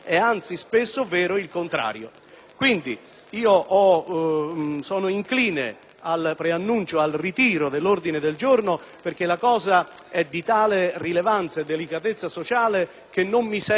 Preannuncio quindi il ritiro dell'emendamento, perché la questione è di tale rilevanza e delicatezza sociale che non mi sento evidentemente di contrastare un provvedimento del genere; ma mi incoraggia soprattutto il fatto